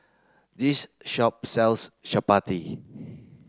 this shop sells Chapati